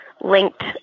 linked